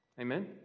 Amen